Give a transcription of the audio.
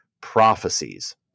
prophecies